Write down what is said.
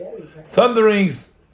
thunderings